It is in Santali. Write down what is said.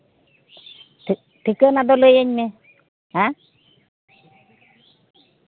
ᱴᱷᱤᱠᱟᱹᱱᱟ ᱫᱚ ᱞᱟᱹᱭᱟᱹᱧ ᱢᱮ ᱦᱮᱸ